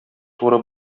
туры